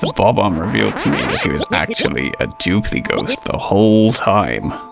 the like the bob-omb revealed to me that he was actually a duplighost the whole time.